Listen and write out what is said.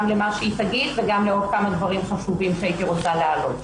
למה שהיא תגיד וגם לעוד כמה דברים חשובים שהייתי רוצה להעלות.